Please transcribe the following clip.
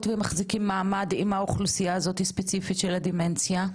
ומחזיקים מעמד עם האוכלוסייה הזאת הספציפית של הדמנציה?